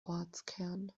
ortskern